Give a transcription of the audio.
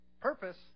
purpose